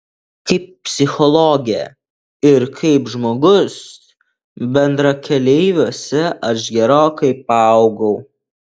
kaip psichologė ir kaip žmogus bendrakeleiviuose aš gerokai paaugau